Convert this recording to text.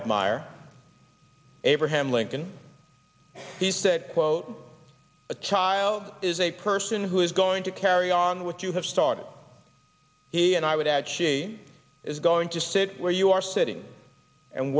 admire abraham lincoln he said quote a child is a person who is going to carry on with you have started he and i would add she is going to sit where you are sitting and